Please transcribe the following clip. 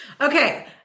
Okay